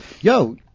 yo